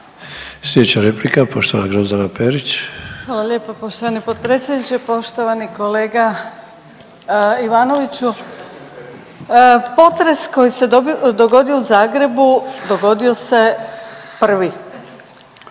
Slijedeća replika, poštovana Grozdana Perić. **Perić, Grozdana (HDZ)** Hvala lijepa poštovani potpredsjedniče. Poštovani kolega Ivanoviću, potres koji se dogodio u Zagrebu dogodio se prvi. Potres